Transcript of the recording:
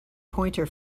pointer